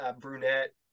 brunette